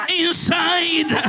inside